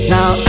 Now